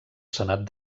senat